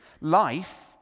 Life